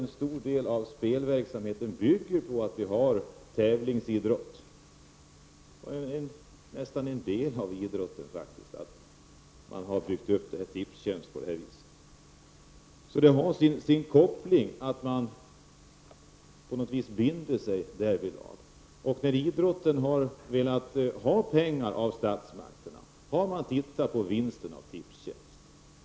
En stor del av spelverksamheten bygger på att vi har tävlingsidrott. Att Tipstjänst är uppbyggt som det är utgör faktiskt en del av idrotten. Det finns en koppling med att man binder sig därvidlag. När idrotten har behövt pengar från statsmakterna, har man tittat på Tipstjänsts vinst.